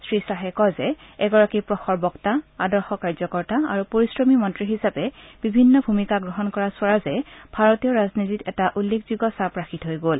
শ্ৰী খাহে কয় যে এগৰাকী প্ৰখৰ বক্তা আদৰ্শ কাৰ্যকৰ্তা আৰু পৰিশ্ৰমী মন্ত্ৰী হিচাপে বিভিন্ন ভূমিকা গ্ৰহণ কৰা স্বৰাজে ভাৰতীয় ৰাজনীতিত এটা উল্লেখযোগ্য চাপ ৰাখি থৈ গল